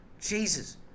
Jesus